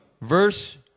verse